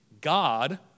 God